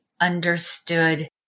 understood